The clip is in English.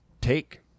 take